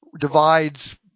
divides